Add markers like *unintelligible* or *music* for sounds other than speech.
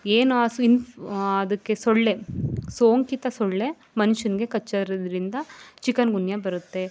ಏನೊ *unintelligible* ಅದಕ್ಕೆ ಸೊಳ್ಳೆ ಸೋಂಕಿತ ಸೊಳ್ಳೆ ಮನುಷ್ಯನಿಗೆ ಕಚ್ಚರುರದರಿಂದ ಚಿಕನ್ಗುನ್ಯ ಬರುತ್ತೆ